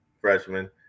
freshman